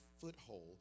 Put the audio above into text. foothold